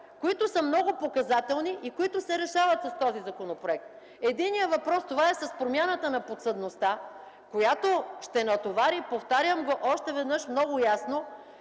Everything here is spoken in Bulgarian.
които са много показателни и които се решават с този законопроект. Единият въпрос, това е с промяната на подсъдността, която ще натовари, повтарям го още веднъж много ясно,